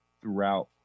throughout